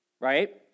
right